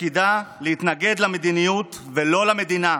שתפקידה להתנגד למדיניות ולא למדינה,